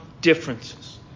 differences